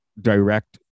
direct